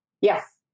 Yes